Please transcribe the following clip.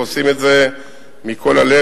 ועושים את זה מכל הלב,